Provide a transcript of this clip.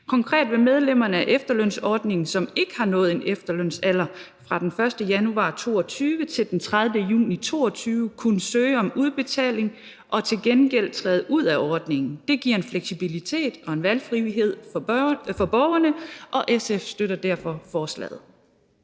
Konkret vil medlemmerne af efterlønsordningen, som ikke har nået en efterlønsalder, fra den 1. januar 2022 til den 30. juni 2022 kunne søge om udbetaling og til gengæld træde ud af ordningen. Det giver en fleksibilitet og en valgfrihed for borgerne, og SF støtter derfor forslaget.